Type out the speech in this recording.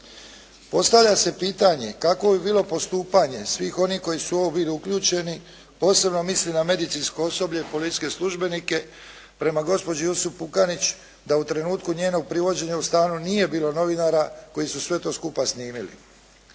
Postavlja se pitanje kako bi bilo postupanje svih onih koji su u ovo bili uključeni, posebno mislim na medicinsko osoblje, policijske službenike prema gospođi Jusup Pukanić da u trenutku njenog privođenja u stanu nije bilo novinara koji su sve to skupa snimili.